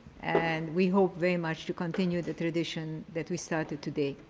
and we hope very much to continue the tradition that we started today.